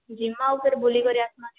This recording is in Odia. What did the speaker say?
ଯିମା ଆଉ ଫେର୍ ବୁଲିକରି ଆସ୍ମା